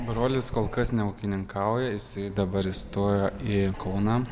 brolis kol kas neūkininkauja jisai dabar įstojo į kauną